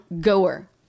goer